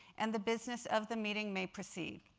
and the business of the meeting may proceed.